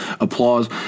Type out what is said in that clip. applause